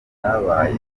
ntabaye